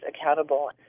accountable